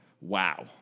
Wow